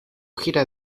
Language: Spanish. gira